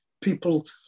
people